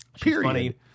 Period